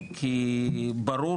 כי ברור